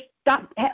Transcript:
stop